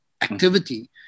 activity